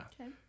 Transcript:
Okay